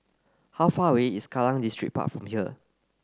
how far away is Kallang Distripark from here